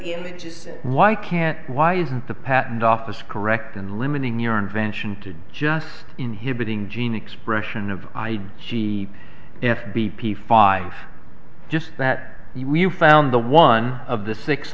images why can't why isn't the patent office correct and limiting your invention to just inhibiting gene expression of i g f b p five just that you found the one of the six